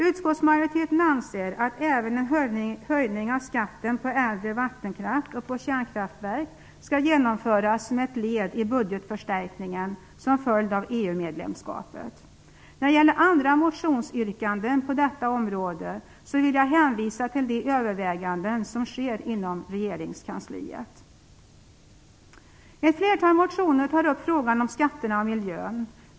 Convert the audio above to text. Utskottsmajoriteten anser att även en höjning av skatten på äldre vattenkraft och på kärnkraftverk bör genomföras som ett led i budgetförstärkningen som en följd av EU-medlemskapet. När det gäller andra motionsyrkanden på detta område vill jag hänvisa till de överväganden som sker inom regeringskansliet. I ett flertal motioner tas upp frågan om skatterna och miljön.